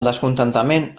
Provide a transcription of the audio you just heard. descontentament